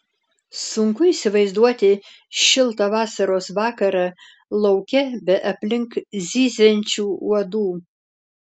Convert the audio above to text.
sunku įsivaizduoti šiltą vasaros vakarą lauke be aplink zyziančių uodų